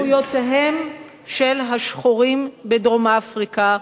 שבו נלקחו זכויותיהם של השחורים בדרום-אפריקה.